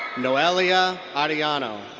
noelia arellano.